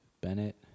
Bennett